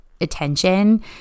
attention